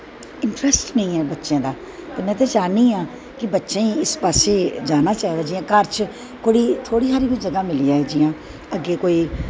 interest नेंई ऐ बच्चें दा में ते चाह्नी आं बच्चें गी इस पास्से जाना चाही दा जियां घर च थोह्ड़ा हारी बी जगाह् मिली जाए अग्गैं कोई